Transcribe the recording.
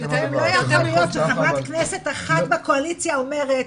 לא יכול להיות שחברת כנסת אחת בקואליציה אומרת,